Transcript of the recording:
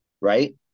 right